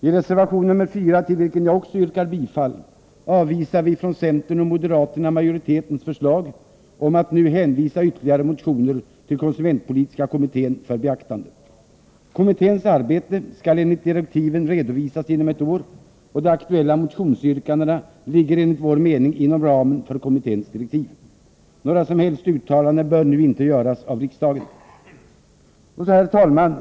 I reservation 4, till vilken jag också yrkar bifall, avvisar vi från centern och moderaterna majoritetens förslag om att nu hänvisa ytterligare motioner till konsumentpolitiska kommittén för beaktande. Kommitténs arbete skall enligt direktiven redovisas inom ett år, och de aktuella motionsyrkandena ligger enligt vår mening inom ramen för kommitténs direktiv. Några som helst uttalanden bör nu inte göras av riksdagen. Herr talman!